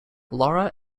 laura